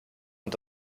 und